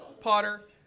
Potter